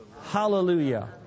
Hallelujah